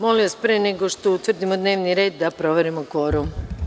Molim vas, pre nego što utvrdimo dnevni red, da proverimo kvorum.